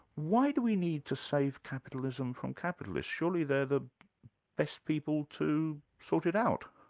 why do we need to save capitalism from capitalists? surely they're the best people to sort it out?